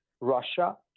Russia